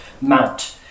mount